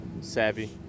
savvy